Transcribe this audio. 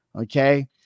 Okay